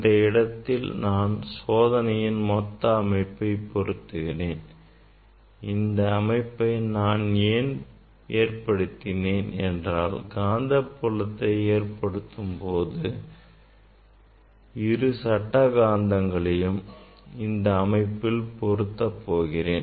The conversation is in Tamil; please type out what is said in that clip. இந்த இடத்தில் நான் சோதனையின் மொத்த அமைப்பை பொறுத்துகிறேன் இந்த அமைப்பை நான் ஏன் ஏற்படுத்தினேன் என்றால் காந்தப்புலத்தை ஏற்படுத்தும்போது இரு சட்ட காந்தங்களையும் இந்த அமைப்பில் பொருத்தப் போகிறேன்